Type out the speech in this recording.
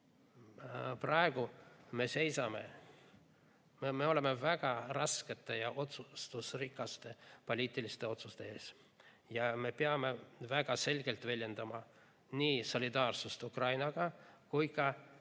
Praegu me seisame väga raskete ja otsustusrikaste poliitiliste otsuste ees. Me peame väga selgelt väljendama solidaarsust Ukrainaga ning